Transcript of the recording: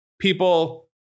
people